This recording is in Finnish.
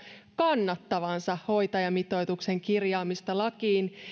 kannattavansa hoitajamitoituksen kirjaamista lakiin